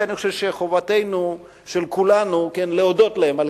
ואני חושב שחובת כולנו להודות להם על